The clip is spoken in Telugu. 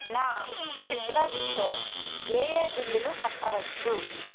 నా సిట్రస్తో ఏయే బిల్లులు కట్టవచ్చు